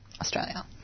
Australia